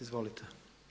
Izvolite.